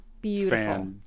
beautiful